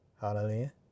hallelujah